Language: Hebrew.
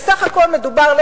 בסך הכול מדובר לא